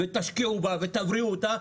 תשקיעו בה ותבריאו אותה,